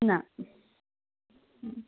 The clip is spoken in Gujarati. ના